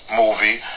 movie